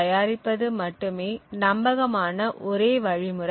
தயாரிப்பது மட்டுமே நம்பகமான ஒரே வழிமுறை